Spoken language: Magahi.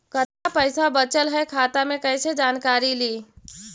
कतना पैसा बचल है खाता मे कैसे जानकारी ली?